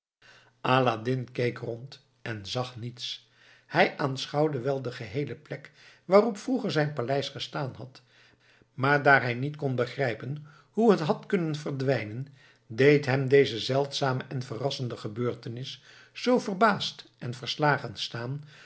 aladdin keek rond en zag niets hij aanschouwde wel de geheele plek waarop vroeger zijn paleis gestaan had maar daar hij niet kon begrijpen hoe het had kunnen verdwijnen deed hem deze zeldzame en verrassende gebeurtenis zoo verbaasd en verslagen staan